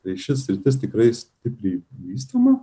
tai ši sritis tikrai stipriai vystoma